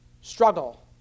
struggle